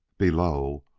below,